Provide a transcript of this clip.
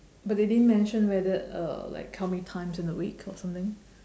but they didn't mention whether uh like how many times in a week or something